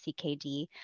CKD